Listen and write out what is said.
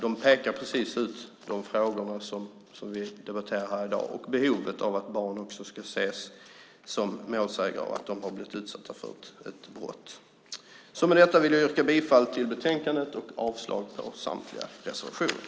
De pekar ut precis de frågor som vi debatterar här i dag och behovet av att barn också ska ses som målsägare som blivit utsatta för brott. Med detta vill jag yrka bifall till förslaget i betänkandet och avslag på samtliga reservationer.